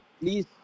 Please